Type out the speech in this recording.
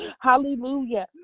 hallelujah